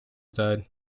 died